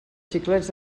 xiclets